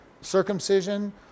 circumcision